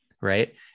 Right